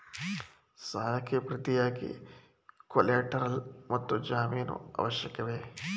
ಸಾಲಕ್ಕೆ ಪ್ರತಿಯಾಗಿ ಕೊಲ್ಯಾಟರಲ್ ಮತ್ತು ಜಾಮೀನು ಅತ್ಯವಶ್ಯಕವೇ?